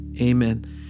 Amen